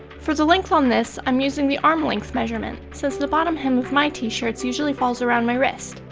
for the length on this, i'm using the arm length measurement, since the bottom hem of my tee shirts usually falls around my wrist.